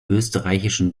österreichischen